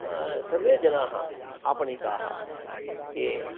सर्वेजनाः आपणिकाः ये